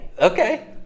Okay